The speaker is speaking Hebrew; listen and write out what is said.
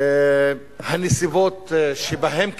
הנסיבות שבהן כביכול,